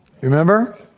remember